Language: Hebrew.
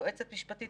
יועצת משפטית,